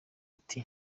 ati